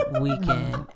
weekend